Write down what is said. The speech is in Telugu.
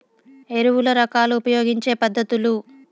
ఎరువుల రకాలు ఉపయోగించే పద్ధతులు?